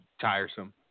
tiresome